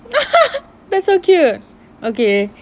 that's so cute okay